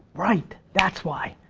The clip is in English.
right, that's why.